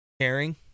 caring